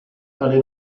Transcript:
alle